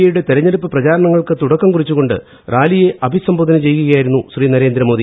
A യുടെ തെരഞ്ഞെടുപ്പ് പ്രചാരണങ്ങൾക്ക് തുടക്കം കുറിച്ചുകൊണ്ട് റാലിയെ അഭിസംബോധന ചെയ്യുകയായിരുന്നു ശ്രീ നരേന്ദ്രമോദി